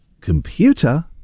computer